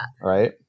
Right